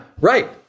Right